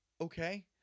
Okay